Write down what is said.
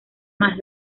más